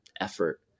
effort